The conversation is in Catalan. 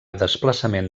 desplaçament